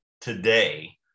today